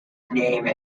name